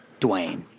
Dwayne